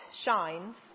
shines